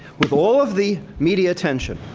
with all of the media attention,